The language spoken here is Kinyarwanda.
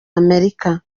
amerika